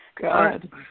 God